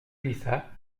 glissa